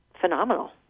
phenomenal